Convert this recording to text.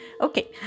Okay